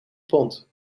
pond